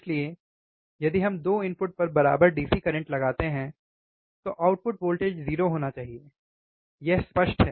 इसलिए यदि हम 2 इनपुट पर बराबर DC करंट लगाते हैं तो आउटपुट वोल्टेज 0 होना चाहिए यह स्पष्ट है